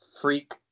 freak